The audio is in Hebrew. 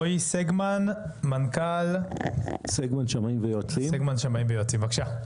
רועי סגמן, מנכ"ל סגמן שמאים ויועצים, בבקשה.